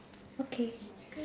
okay